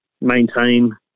maintain